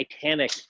titanic